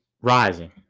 rising